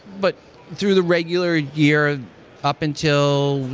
but through the regular year up until,